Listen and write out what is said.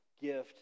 gift